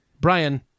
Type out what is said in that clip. Brian